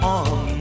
on